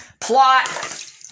plot